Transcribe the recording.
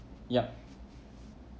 yup